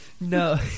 No